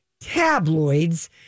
tabloids